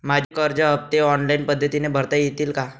माझे कर्ज हफ्ते ऑनलाईन पद्धतीने भरता येतील का?